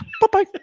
Bye-bye